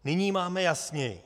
Nyní máme jasněji.